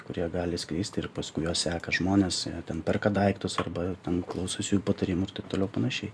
kurie gali skleisti ir paskui juos seka žmonės ten perka daiktus arba ten klausos jų patarimų taip toliau panašiai